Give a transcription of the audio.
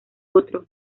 otro